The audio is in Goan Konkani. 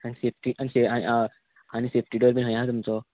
आनी सेफ्टी आनी आनी सेफ्टी डोर बीन खंय आसा तुमचो